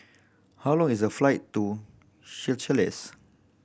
how long is the flight to Seychelles